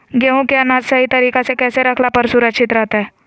गेहूं के अनाज सही तरीका से कैसे रखला पर सुरक्षित रहतय?